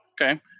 Okay